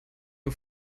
dem